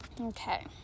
Okay